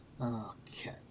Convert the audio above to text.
Okay